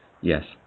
Yes